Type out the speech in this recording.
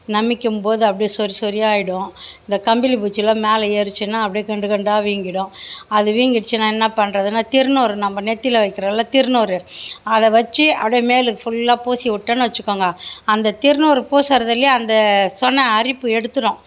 நமிக்கும்போது அப்படியே சொறி சொறியாகிடும் இந்த கம்பளி பூச்செலாம் மேலே ஏறுச்சுனா அப்படியே கண்டு கண்டாக வீங்கிவிடும் அது வீங்கிடுச்சுனா என்ன பண்ணுறதுனா திருநூறு நம்ம நெற்றியில வைக்கிறோல்ல திருநூறு அதை வச்சு அப்படியே மேலே ஃபுல்லாக பூசி விட்டனு வச்சுக்கோங்க அந்த திருநூறு பூசுவதிலயே அந்த சொன்ன அரிப்பு எடுத்துவிடும்